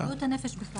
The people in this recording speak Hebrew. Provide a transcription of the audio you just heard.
כמה הם חסרים,